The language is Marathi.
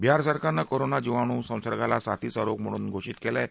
बिहार सरकारनं कोरोना जिवाणू संसर्गाला साथीचा रोग म्हणून घोषित केलं आहे